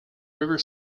river